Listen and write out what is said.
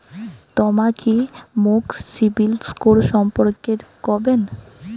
তমা কি মোক সিবিল স্কোর সম্পর্কে কবেন?